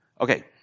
Okay